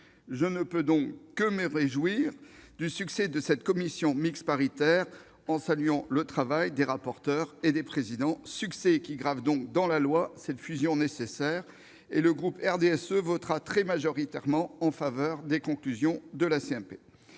Je ne peux donc que me réjouir du succès de cette commission mixte paritaire, et je salue le travail des rapporteurs et des présidents de commission. Ce succès grave ainsi dans la loi cette fusion nécessaire, et le groupe du RDSE votera très majoritairement en faveur des conclusions de la